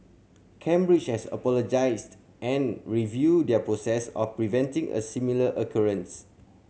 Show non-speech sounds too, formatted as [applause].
cambridge has apologised and review their process of preventing a similar [unintelligible]